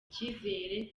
icyizere